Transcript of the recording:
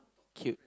cute